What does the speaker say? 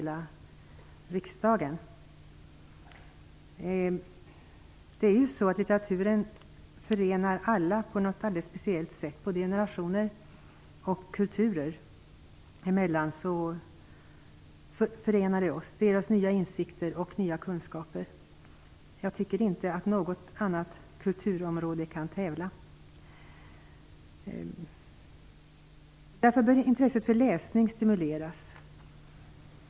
Litteraturen förenar alla på ett alldeles speciellt sätt - både generationer och kulturer. Den ger oss ny insikter och nya kunskaper. Jag tycker inte att något annat kulturområde kan tävla med det. Därför behöver intresset för läsning stimuleras.